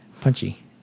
Punchy